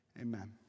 Amen